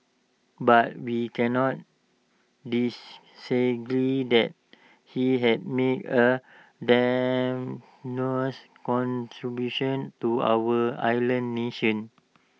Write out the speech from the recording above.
but we cannot that he has made A contribution to our island nation